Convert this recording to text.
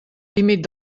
límit